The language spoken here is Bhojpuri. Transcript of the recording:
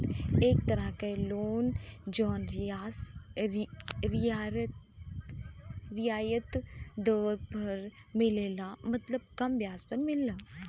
एक तरह क लोन जौन रियायत दर पर मिलला मतलब कम ब्याज पर मिलला